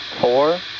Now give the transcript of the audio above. four